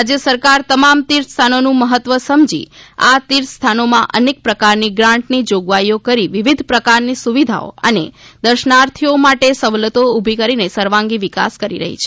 રાજ્ય સરકાર તમામ તીર્થસ્થાનોનું મહત્વ સમજી આ તીર્થ સ્થાનોમાં અનેક પ્રકારની ગ્રાન્ટની જોગવાઈઓ કરી વિવિધ પ્રકારની સુવિધાઓ અને દર્શનાર્થીઓ માટે સવલતો ઊભી કરીને સર્વાંગી વિકાસ કરી રહી છે